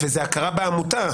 בעצם כשיש כאן טענות,